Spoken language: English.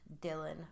Dylan